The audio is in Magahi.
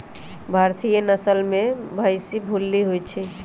भारतीय नसल में भइशी भूल्ली होइ छइ